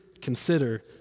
consider